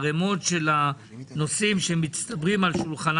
הערימות של הנושאים שמצטברים על שולחן